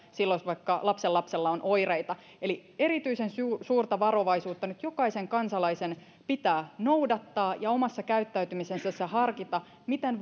silloin jos vaikka lapsenlapsella on oireita eli erityisen suurta suurta varovaisuutta nyt jokaisen kansalaisen pitää noudattaa ja omassa käyttäytymisessään pitää harkita miten